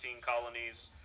colonies